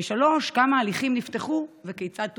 3. כמה הליכים נפתחו וכיצד טופלו?